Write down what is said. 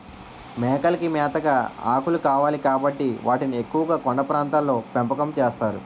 మేకలకి మేతగా ఆకులు కావాలి కాబట్టి వాటిని ఎక్కువుగా కొండ ప్రాంతాల్లో పెంపకం చేస్తారు